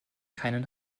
keinen